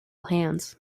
hands